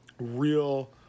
real